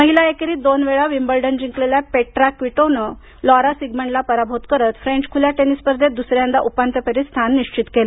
महिला एकेरीत दोन वेळा विंबल्डन जिंकलेल्या पेट्रा क्वीटोवानं लॉरा सिगमंडला पराभूत करत फ्रेंच खुल्या टेनिस स्पर्धेत दुसऱ्यांदा उपांत्य फेरीत स्थान निश्वित केल